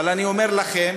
אבל אני אומר לכם